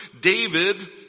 David